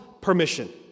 permission